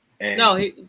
no